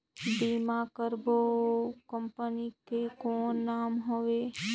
बीमा करबो ओ कंपनी के कौन नाम हवे?